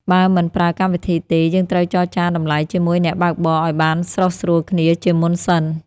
បើមិនប្រើកម្មវិធីទេ យើងត្រូវចរចាតម្លៃជាមួយអ្នកបើកបរឱ្យបានស្រុះស្រួលគ្នាជាមុនសិន។